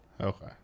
Okay